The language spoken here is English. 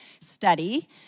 study